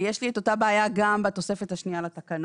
ויש לי את אותה בעיה גם בתוספת השנייה לתקנות